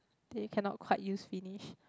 then you cannot quite use finish